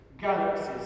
galaxies